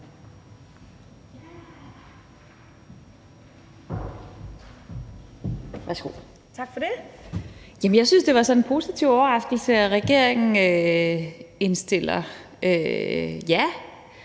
Jeg synes, det var sådan en positiv overraskelse, at regeringen sagde ja